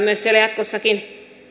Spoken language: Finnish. myös siellä jatkossakin